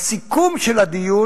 המקום היותר